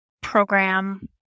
program